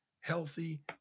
healthy